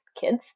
kids